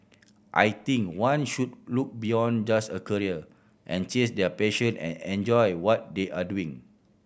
I think one should look beyond just a career and chase their passion and enjoy what they are doing